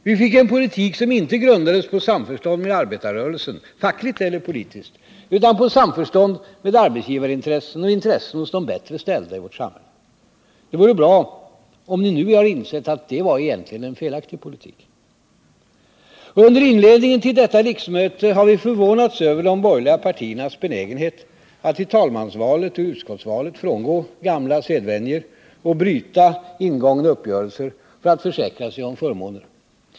Vi fick en politik som inte grundades på samförstånd med arbetarrörelsen, fackligt eller politiskt, utan på samförstånd med arbetsgivareintressen och intressen hos de bättre ställda i vårt samhälle. Det vore bra om ni nu insett att detta egentligen var en felaktig politik. Under inledningen till detta riksmöte har vi förvånats över de borgerliga partiernas benägenhet att i talmansvalet och i utskottsvalen frångå gamla sedvänjor och bryta ingångna uppgörelser för att söka försäkra sig om förmåner.